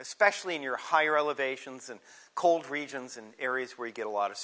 especially in your higher elevations and cold regions and areas where you get a lot of